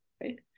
right